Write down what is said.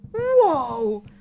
Whoa